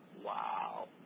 Wow